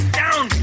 down